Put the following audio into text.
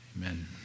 Amen